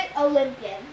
Olympian